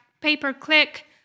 pay-per-click